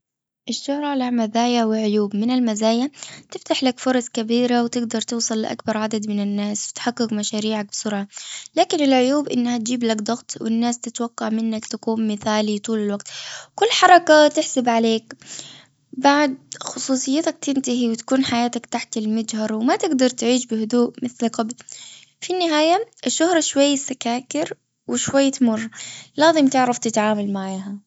الشهرة له مزايا وعيوب من المزايا تفتح لك فرص كبيرة وتقدر توصل لأكبر عدد من الناس وتحقق مشاريعك بسرعة. لكن العيوب أنها تجيب لك ضغط والناس تتوقع منك تكون مثالي طول الوقت. كل حركة تحسب عليك. بعد خصوصيتك تنتهي وتكون حياتك تحت المجهر ما تقدر تعيش في هدوء كما كنت في النهاية الشهرة شوية سكاكر وشوية مر. لازم تعرف تتعامل معاها.